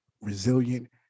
resilient